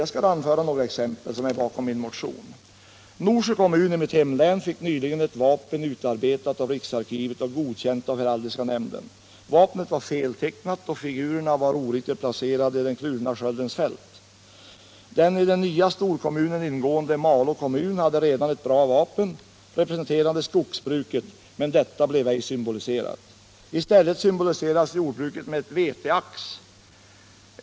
Jag skall anföra några exempel, som ligger bakom min motion: Norsjö kommun i mitt hemlän fick nyligen ett vapen utarbetat av riksarkivet och godkänt av heraldiska nämnden. Vapnet var feltecknat, då figurerna var oriktigt placerade i den kluvna sköldens fält. Den i den nya storkommunen ingående Malå kommun hade redan ett bra vapen, representerande skogsbruket, men detta blev ej symboliserat. I stället symboliserades jordbruket med ett veteax.